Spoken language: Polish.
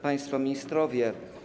Państwo Ministrowie!